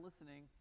listening